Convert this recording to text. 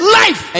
life